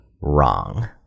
wrong